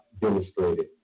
demonstrated